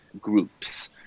groups